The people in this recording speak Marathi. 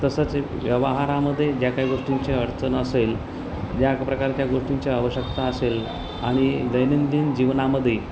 तसंच व्यवहारामध्ये ज्या काही गोष्टींचे अडचण असेल ज्या प्रकारच्या गोष्टींची आवश्यकता असेल आणि दैनंदिन जीवनामध्ये